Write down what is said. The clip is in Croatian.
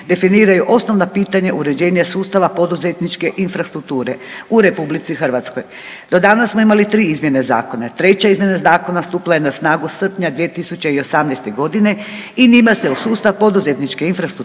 definiraju osnovna pitanja uređenja sustava poduzetničke infrastrukture u RH. Do danas smo imali 3 izmjene zakona, treća izmjena zakona stupila je na snagu srpnja 2018.g. i njime se u sustav poduzetničke infrastrukture